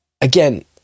again